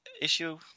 issue